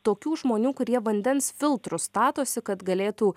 tokių žmonių kurie vandens filtrus statosi kad galėtų